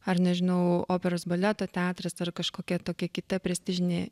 ar nežinau operos baleto teatras ar kažkokia tokia kita prestižinė